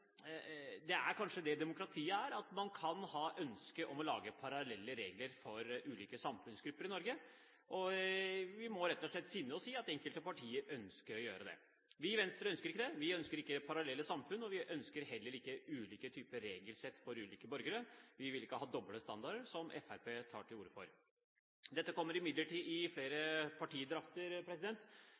det er kanskje slik demokratiet er, at man kan ha ønske om å lage parallelle regler for ulike samfunnsgrupper i Norge. Vi må rett og slett finne oss i at enkelte partier ønsker å gjøre det. Vi i Venstre ønsker ikke det; vi ønsker ikke parallelle samfunn. Vi ønsker heller ikke ulike typer regelsett for ulike borgere. Vi vil ikke ha doble standarder, som Fremskrittspartiet tar til orde for. Dette kommer imidlertid i flere